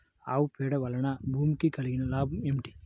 ఆవు పేడ వలన భూమికి కలిగిన లాభం ఏమిటి?